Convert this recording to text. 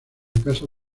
casa